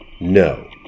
No